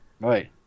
Right